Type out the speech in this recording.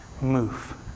Move